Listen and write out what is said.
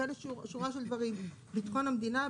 וכאן יש שורה של דברים ביטחון המדינה,